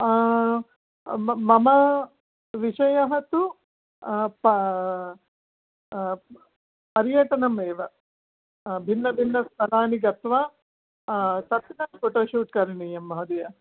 मम विषयः तु प पर्यटनम् एव भिन्नभिन्नस्थलानि गत्वा तत्र फ़ोटो शूट् करणीयं महोदय